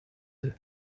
deux